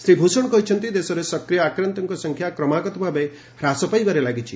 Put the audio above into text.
ଶ୍ରୀ ଭୂଷଣ କହିଛନ୍ତି ଦେଶରେ ସକ୍ରିୟ ଆକ୍ରାନ୍ତଙ୍କ ସଂଖ୍ୟା କ୍ରମାଗତଭାବେ ହ୍ରାସ ପାଇବାରେ ଲାଗିଛି